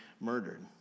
murdered